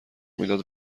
میداد